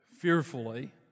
fearfully